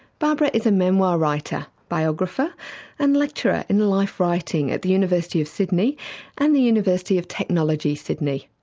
barbara is a memoir writer, biographer and lecturer in life writing at the university of sydney and the university of technology, sydney,